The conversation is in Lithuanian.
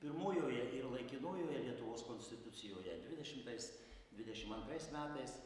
pirmojoje ir laikinojoje lietuvos konstitucijoje dvidešimtais dvidešim antrais metais